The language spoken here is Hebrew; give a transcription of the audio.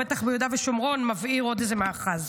הוא בטח ביהודה ושומרון, מבעיר עוד איזה מאחז.